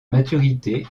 maturité